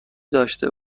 داشته